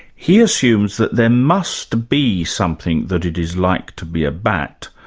he assumes that there must be something that it is like to be a bat,